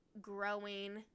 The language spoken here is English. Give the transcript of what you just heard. growing